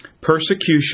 Persecution